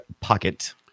pocket